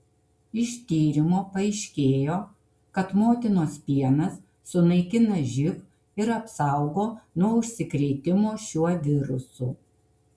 iš tyrimo paaiškėjo kad motinos pienas sunaikina živ ir apsaugo nuo užsikrėtimo šiuo virusu